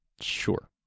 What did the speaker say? Sure